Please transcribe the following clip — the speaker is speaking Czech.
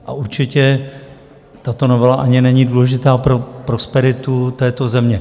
A určitě tato novela ani není důležitá pro prosperitu této země.